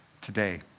today